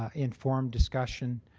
ah informed discussion